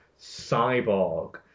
Cyborg